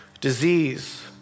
disease